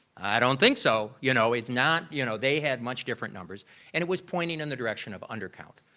i don't think so. you know, it's not, you know, they had much different numbers and it was pointing in the direction of undercount.